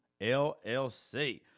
LLC